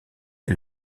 est